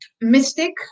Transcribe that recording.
mystic